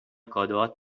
کادوهات